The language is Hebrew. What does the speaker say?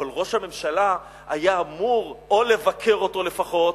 אבל ראש הממשלה היה אמור או לבקר אותו לפחות,